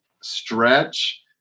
stretch